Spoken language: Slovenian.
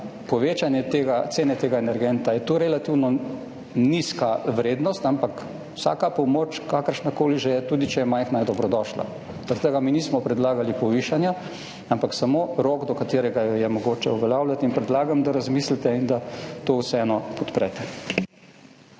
povečanje tega cene tega energenta je to relativno nizka vrednost, ampak vsaka pomoč, kakršnakoli že je tudi če je majhna je dobrodošla. Zaradi tega mi nismo predlagali povišanja, ampak samo rok do katerega jo je mogoče uveljavljati in predlagam, da razmislite in da to vseeno podprete.